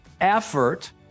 effort